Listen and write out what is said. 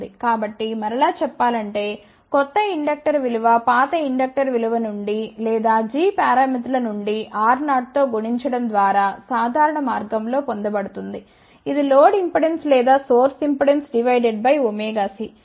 కాబట్టి మరలా చెప్పాలంటే కొత్త ఇండక్టర్ విలువ పాత ఇండక్టర్ విలువ నుండి లేదా g పారామితుల నుండి R0 తో గుణించడం ద్వారా సాధారణ మార్గంలో పొందబడుతుంది ఇది లోడ్ ఇంపెడెన్స్ లేదా source impedance divide by ωc